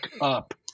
up